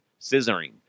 scissoring